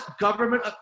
government